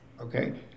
Okay